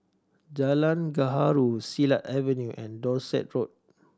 Jalan Gaharu Silat Avenue and Dorset Road